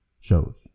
shows